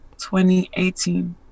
2018